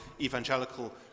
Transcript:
evangelical